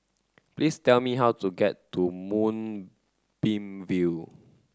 please tell me how to get to Moonbeam View